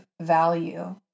value